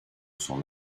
son